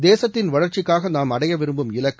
தேசத்தின் வளர்ச்சிக்காக நாம் அடைய விரும்பும் இலக்கு